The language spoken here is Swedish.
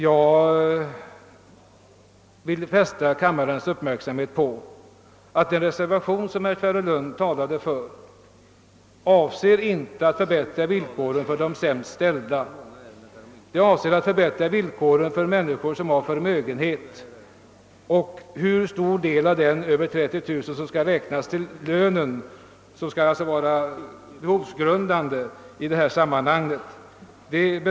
Jag vill fästa kammarens uppmärksamhet på att den reservation som herr Nilsson i Tvärålund talade för inte avser att förbättra villkoren för de sämst ställda utan att förbättra villkoren för människor som har förmögenhet och att fastställa hur stor del av denna överstigande 30 000 kronor som skall räknas till lönen och alltså vara bidragsgrundande i detta sammanhang. |.